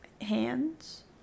hands